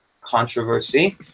controversy